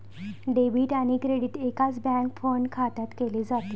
debit आणि credit एकाच bank fund खात्यात केले जाते